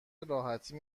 راحتی